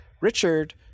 Richard